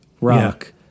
rock